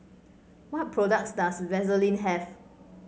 what products does Vaselin have